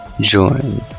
Join